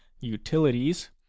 utilities